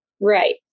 Right